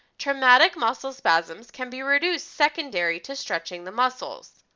traumatic muscle spasms can be reduced secondary to stretching the muscles.